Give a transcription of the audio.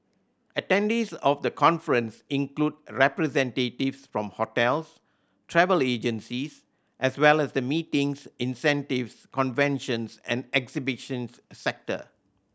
attendees of the conference include representatives from hotels travel agencies as well as the meetings incentives conventions and exhibitions sector